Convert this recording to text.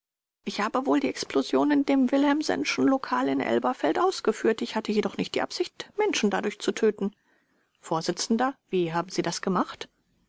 ich habe wohl die explosion in dem willemsenschen lokal in elberfeld ausgeführt ich hatte jedoch nicht die absicht menschen dadurch zu töten vors wie haben sie das gemacht